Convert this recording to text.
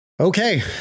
Okay